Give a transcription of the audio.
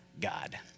God